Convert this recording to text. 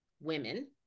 women